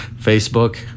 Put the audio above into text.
Facebook